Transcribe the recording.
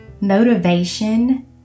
Motivation